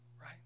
right